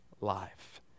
life